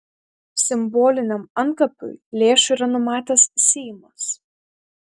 simboliniam antkapiui lėšų yra numatęs seimas